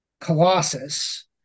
Colossus